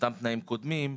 באותם תנאים קודמים,